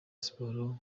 siporo